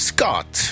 Scott